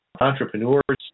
entrepreneur's